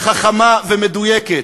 חכמה ומדויקת.